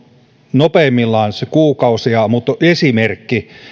nopeimmillaan se on kuukausia mutta